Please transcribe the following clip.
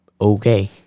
okay